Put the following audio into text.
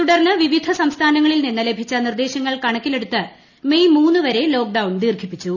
തുടർന്ന് വിവിധ സംസ്ഥാനങ്ങളിൽ നിന്ന് ലഭിച്ച നിർദ്ദേശങ്ങൾ കണക്കിലെടുത്ത് മേയ് മൂന്നുവരെ ലോക്ഡൌൺ ദീർഘിപ്പിച്ചു